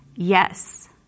Yes